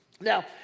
Now